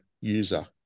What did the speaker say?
user